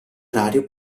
orario